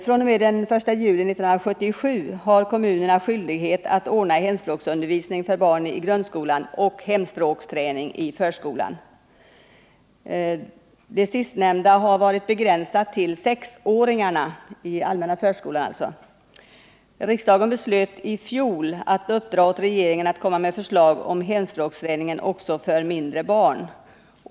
fr.o.m. den 1 juli 1977 har kommunerna skyldighet att ordna hemspråksundervisning för invandrarbarn i grundskolan och hemspråksträning för invandrarbarn i förskolan. Den sistnämnda har varit begränsad till sexåringarna i allmänna förskolan. Riksdagen beslöt i fjol att uppdra åt regeringen att komma med förslag om hemspråksträning också för mindre barn.